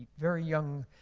very young,